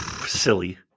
silly